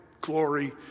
glory